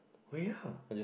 ya